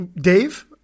Dave